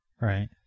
Right